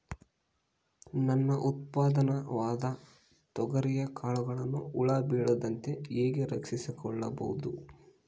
ನನ್ನ ಉತ್ಪನ್ನವಾದ ತೊಗರಿಯ ಕಾಳುಗಳನ್ನು ಹುಳ ಬೇಳದಂತೆ ಹೇಗೆ ರಕ್ಷಿಸಿಕೊಳ್ಳಬಹುದು?